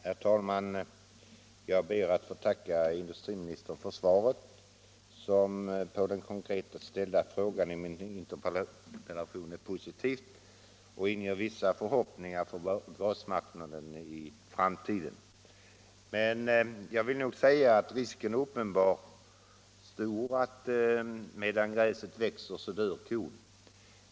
Herr talman! Jag ber att få tacka industriministern för svaret, som på den i min interpellation konkret ställda frågan är positivt och inger vissa förhoppningar för gasmarknaden i framtiden. Risken är uppenbarligen stor för att det skall bli så, att medan gräset växer dör kon.